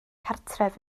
cartref